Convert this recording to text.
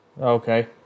Okay